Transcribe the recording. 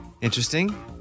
Interesting